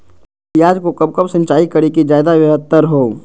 प्याज को कब कब सिंचाई करे कि ज्यादा व्यहतर हहो?